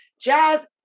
jazz